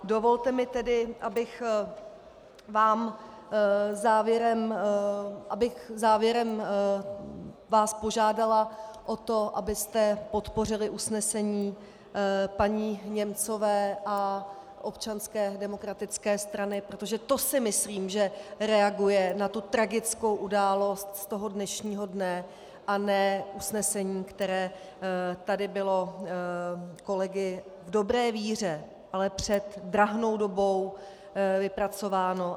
Dovolte mi tedy, abych vás závěrem požádala o to, abyste podpořili usnesení paní Němcové a Občanské demokratické strany, protože to si myslím, že reaguje na tu tragickou událost z dnešního dne, a ne usnesení, které tady bylo kolegy v dobré víře, ale před drahnou dobou vypracováno.